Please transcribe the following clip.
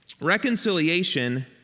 reconciliation